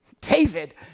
David